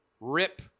Rip